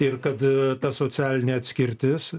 ir kad ta socialinė atskirtis